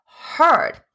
heard